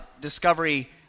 discovery